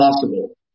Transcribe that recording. possible